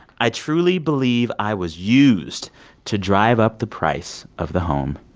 i truly believe i was used to drive up the price of the home.